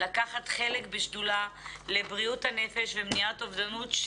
לקחת חלק בשדולה לבריאות הנפש ומניעת אובדנות,